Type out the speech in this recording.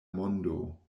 mondo